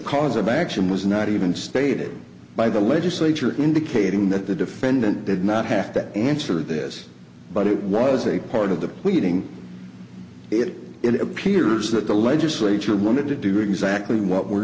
cause of action was not even stated by the legislature indicating that the defendant did not have to answer this but it was a part of the pleading it it appears that the legislature wanted to do exactly what we're